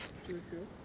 true true